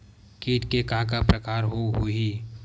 कीट के का का प्रकार हो होही?